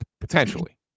Potentially